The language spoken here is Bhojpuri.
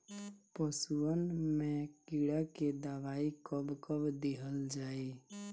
पशुअन मैं कीड़ा के दवाई कब कब दिहल जाई?